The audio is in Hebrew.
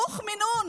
רוח מן הון.